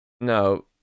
no